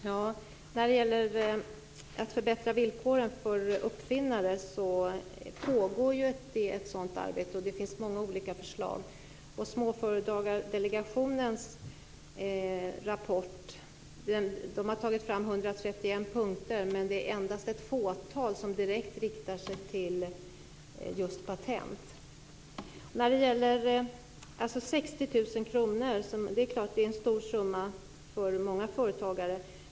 Herr talman! Det pågår ett arbete för att förbättra villkoren för uppfinnare. Det finns många olika förslag. I Småföretagsdelegationens rapport finns 131 punkter. Men det är endast ett fåtal som direkt riktar sig mot patent. 60 000 kr är en stor summa för många företagare.